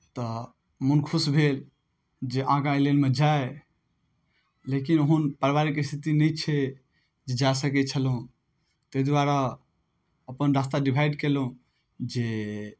तऽ मोन खुश भेल जे आगाँ एहि लाइनमे जाइ लेकिन ओहन पारिवारिक स्थिति नहि छै जे जा सकै छलहुँ ताहि दुआरे अपन रास्ता डिवाइड केलहुँ जे